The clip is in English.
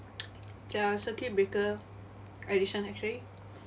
ya circuit breaker edition actually